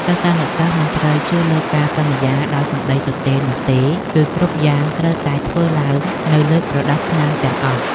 សិស្សានុសិស្សមិនត្រូវជឿលើការសន្យាដោយសម្តីទទេនោះទេ គឺគ្រប់យ៉ាងត្រូវតែធ្វើឡើងនៅលើក្រដាសស្នាមទាំងអស់។